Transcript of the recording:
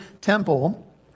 temple